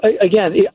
again